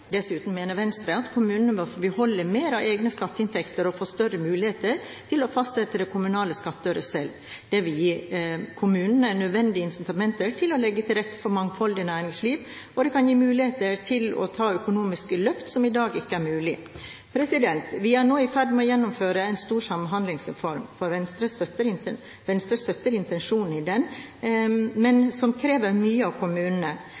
Dessuten mener Venstre at kommunene bør få beholde mer av egne skatteinntekter og få større mulighet til å fastsette den kommunale skattøren selv. Det vil gi kommunene nødvendige incitamenter til å legge til rette for et mangfoldig næringsliv og mulighet til å ta økonomiske løft som i dag ikke er mulig. Vi er nå i ferd med å gjennomføre en stor samhandlingsreform. Venstre støtter intensjonene i den, men den krever mye av kommunene.